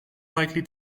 likely